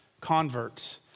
converts